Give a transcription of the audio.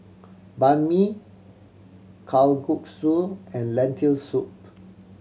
Banh Mi Kalguksu and Lentil Soup